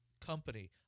company